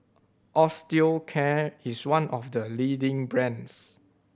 Osteocare is one of the leading brands